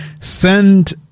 send